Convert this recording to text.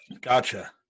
Gotcha